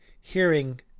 hearing